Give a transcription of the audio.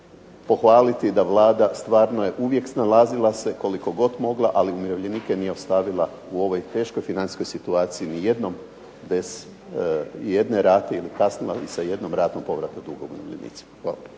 pohvaliti da Vlada stvarno je uvijek snalazila se koliko god mogla, ali umirovljenike nije ostavila u ovoj teškoj financijskoj situaciji ni jednom bez i jedne rate ili kasnila ni sa jednom ratom povrata duga umirovljenicima. Hvala.